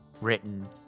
written